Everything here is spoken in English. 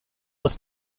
was